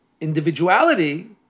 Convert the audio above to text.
individuality